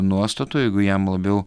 nuostatų jeigu jam labiau